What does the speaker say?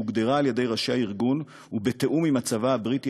שהוגדרה על-ידי ראשי הארגון ובתיאום עם הצבא הבריטי,